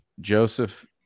joseph